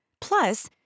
Plus